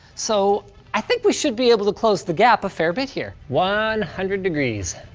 so i think we should be able to close the gap a fair bit here. one hundred degrees,